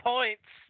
Points